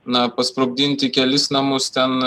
na pasprogdinti kelis namus ten